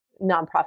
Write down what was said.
nonprofit